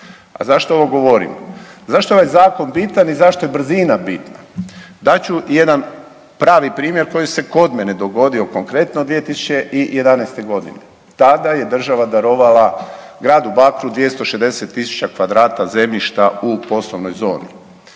A zašto ovo govorim? Zašto je ovaj zakon bitan i zašto je brzina bitna? Dat ću jedan pravi primjer koji se kod mene dogodio konkretno 2011. godine. Tada je država darovala gradu Bakru 260.000 kvadrata zemljišta u poslovnoj zoni.